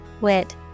wit